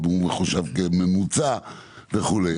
שהוא מחושב כממוצע וכו'.